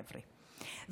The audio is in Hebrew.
חבר'ה.